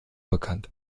bekannt